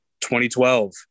2012